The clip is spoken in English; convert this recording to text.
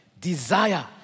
Desire